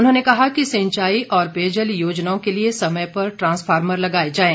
उन्होंने कहा कि सिंचाई और पेयजल परियोजनाओं के लिए समय पर ट्रांसफार्मर लगाए जाएं